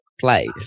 play